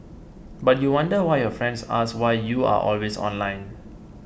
but you wonder why your friends ask you why you are always online